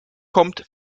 kommt